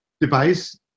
device